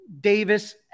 davis